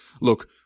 look